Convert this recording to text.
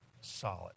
solid